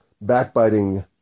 backbiting